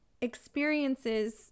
experiences